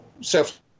self